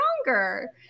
stronger